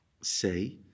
say